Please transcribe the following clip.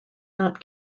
not